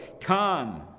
Come